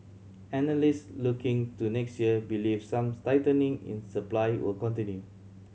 analysts looking to next year believe some tightening in supply will continue